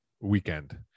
weekend